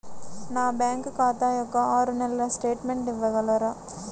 నా బ్యాంకు ఖాతా యొక్క ఆరు నెలల స్టేట్మెంట్ ఇవ్వగలరా?